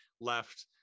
left